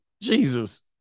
Jesus